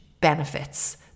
benefits